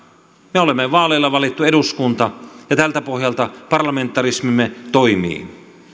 me olemme vaaleilla valittu eduskunta ja tältä pohjalta parlamentarismimme toimii